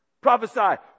Prophesy